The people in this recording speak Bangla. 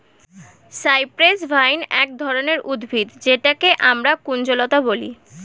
সাইপ্রেস ভাইন এক ধরনের উদ্ভিদ যেটাকে আমরা কুঞ্জলতা বলি